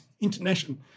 international